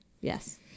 Yes